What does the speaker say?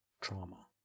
trauma